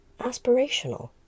aspirational